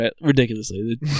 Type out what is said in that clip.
ridiculously